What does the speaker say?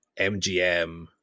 mgm